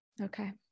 Okay